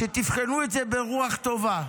שתבחנו את זה ברוח טובה.